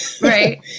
right